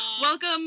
Welcome